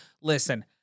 Listen